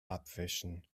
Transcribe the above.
abwischen